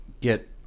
get